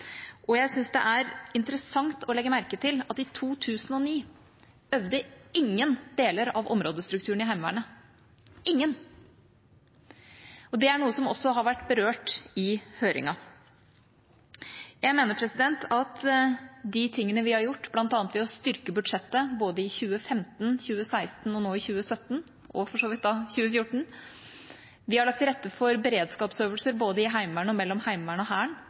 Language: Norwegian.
Og jeg syns det er interessant å legge merke til at i 2009 øvde ingen deler av områdestrukturen i Heimevernet – ingen. Det er noe som også har vært berørt i høringen. Jeg mener at de tingene vi har gjort, bl.a. ved å styrke budsjettet, både i 2015, i 2016 og nå, i 2017, og for så vidt i 2014, ved å legge til rette for beredskapsøvelser, både i Heimevernet og mellom Heimevernet og Hæren,